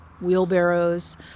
wheelbarrows